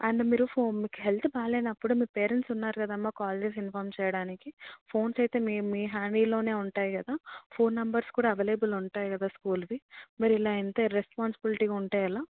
and మీరు phone మీకు health బాలేనప్పుడు మీ పేరెంట్స్ ఉన్నారు కదమ్మ కాల్ చేసి ఇన్ఫార్మ్ చేయడానికి ఫోన్స్ అయితే మీ మీ హ్యాండీలో ఉంటాయి కదా ఫోన్ నంబర్స్ కూడా అవైలబుల్ ఉంటాయి కదా స్కూల్వి మరి ఇలా ఇంత ఇర్రెస్పాన్సిబిలిటీగా ఉంటే ఎలా